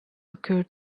occurred